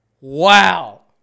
Wow